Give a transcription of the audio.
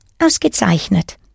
Ausgezeichnet